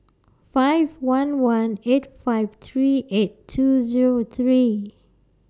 five one one eight five three eight two Zero three